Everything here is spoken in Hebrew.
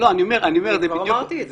אני כבר אמרתי את זה.